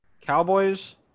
Cowboys